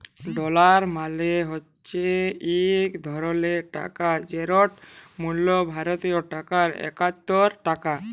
dollar মালে হছে ইক ধরলের টাকা যেটর মূল্য ভারতীয় টাকায় একাত্তর টাকা